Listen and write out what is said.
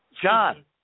John